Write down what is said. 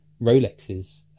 Rolexes